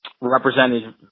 represented